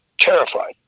terrified